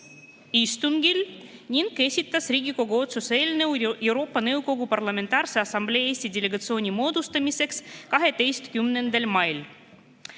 istungil ning esitas Riigikogu otsuse eelnõu Euroopa Nõukogu Parlamentaarse Assamblee Eesti delegatsiooni moodustamiseks 12. mail.